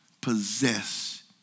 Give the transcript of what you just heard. possess